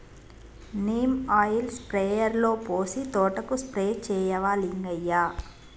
neem oil స్ప్రేయర్లో పోసి తోటకు స్ప్రే చేయవా లింగయ్య